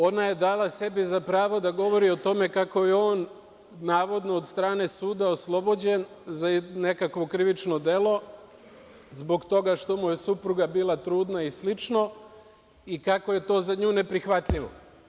Ona je dala sebi za pravo da govori o tome kako je on navodno od strane suda oslobođen za nekakvo krivično delo zbog toga što mu je supruga bila trudna i slično i kako je to za nju neprihvatljivo.